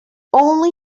only